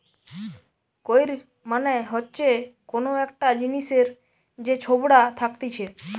কৈর মানে হচ্ছে কোন একটা জিনিসের যে ছোবড়া থাকতিছে